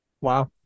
Wow